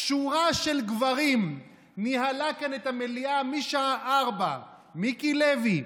שורה של גברים ניהלה כאן את המליאה משעה 16:00: מיקי לוי,